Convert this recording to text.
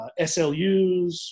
SLUs